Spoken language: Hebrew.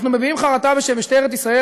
אנחנו מביעים חרטה בשם משטרת ישראל,